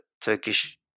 Turkish